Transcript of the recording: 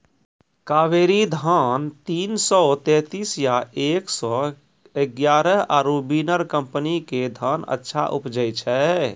कावेरी धान तीन सौ तेंतीस या एक सौ एगारह आरु बिनर कम्पनी के धान अच्छा उपजै छै?